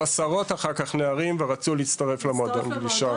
עשרות נערים שרצו להצטרף למועדון הגלישה,